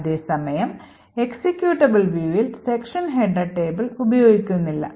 അതേസമയം എക്സിക്യൂട്ടബിൾ viewൽ section header table ഉപയോഗിക്കുന്നില്ല